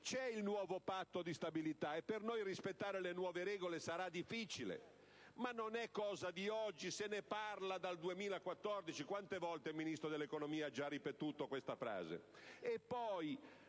c'è il nuovo Patto di stabilità, e per noi rispettare le nuove regole sarà difficile, ma non è cosa di oggi, poiché se ne parla dal 2014. Quante volte il Ministro dell'economia e delle finanze ha già ripetuto questa frase?